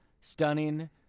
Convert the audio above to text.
stunning